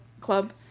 Club